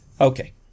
okay